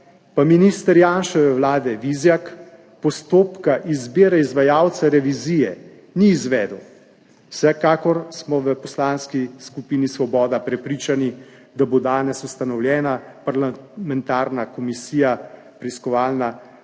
pa minister Janševe vlade, Vizjak, postopka izbire izvajalca revizije ni izvedel. Vsekakor smo v Poslanski skupini Svoboda prepričani, da bo danes ustanovljena parlamentarna preiskovalna